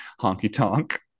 honky-tonk